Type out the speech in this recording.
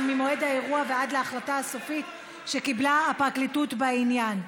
ממועד האירוע ועד להחלטה הסופית שקיבלה הפרקליטות בעניין.